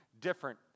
different